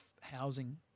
housing